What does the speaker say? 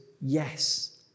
yes